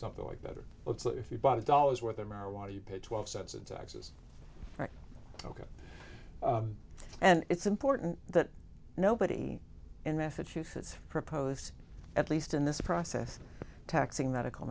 something like that or if you bought a dollar's worth of marijuana you pay twelve cents in taxes ok and it's important that nobody in massachusetts proposed at least in this process taxing medical